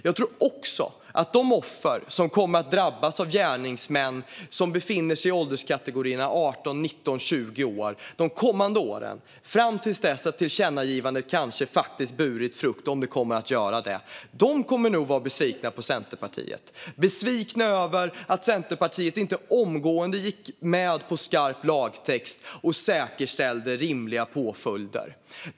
Jag tror också att de framtida offer som kommer att drabbas av gärningsmän som befinner sig i ålderskategorierna 18, 19 och 20 år de kommande åren fram till dess att tillkännagivandet kanske faktiskt burit frukt - om det nu kommer att göra det - kommer att vara besvikna på Centerpartiet, besvikna över att Centerpartiet inte omgående gick med på skarp lagtext och säkerställde rimliga påföljder.